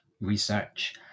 research